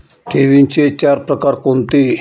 ठेवींचे चार प्रकार कोणते?